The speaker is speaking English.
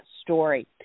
story